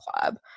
club